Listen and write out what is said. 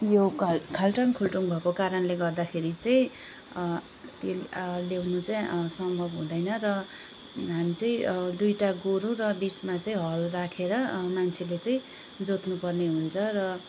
यो खा खाल्टाङ खुल्टुङ भएको कारणले गर्दाखेरि चाहिँ तेल ल्याउनु चाहिँ सम्भव हुँदैन र हामी चाहिँ दुईवटा गोरु र बिचमा चाहिँ हल राखेर मान्छेले चाहिँ जोत्नुपर्ने हुन्छ र